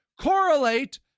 correlate